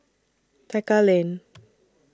Tekka Lane